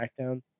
Smackdown